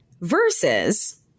Versus